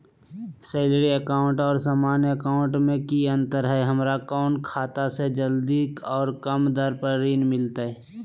Salary account और सामान्य account मे की अंतर है हमरा कौन खाता से जल्दी और कम दर पर ऋण मिलतय?